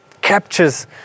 captures